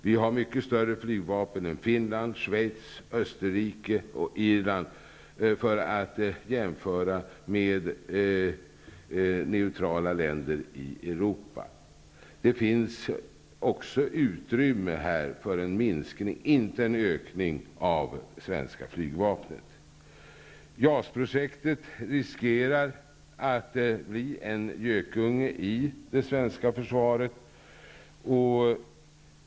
Vi har mycket större flygvapen än Finland, Schweiz, Österrike och Irland, för att jämföra med neutrala länder i Europa. Det finns också utrymme för en minskning, inte en ökning, av det svenska luftvapnet. JAS-projektet riskerar att bli en gökunge i det svenska försvaret.